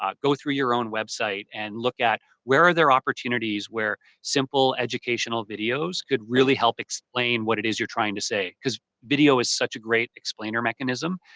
um go through your own website and look at where are opportunities where simple, educational videos could really help explain what it is you're trying to say. because video is such a great explainer mechanism.